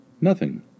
Nothing